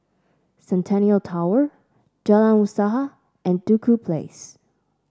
Centennial Tower Jalan Usaha and Duku Place